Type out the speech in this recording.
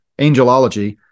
angelology